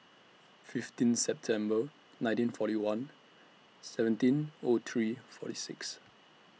fifteen September nineteen forty one seventeen O three forty six